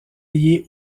lié